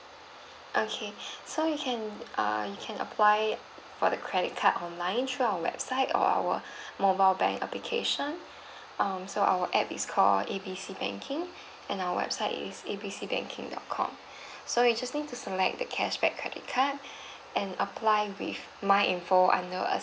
okay so you can err you can apply for the credit card online through our website or our mobile bank application um so our app is call A B C banking and our website is A B C banking dot com so you just need to select the cashback credit card and apply with my info under uh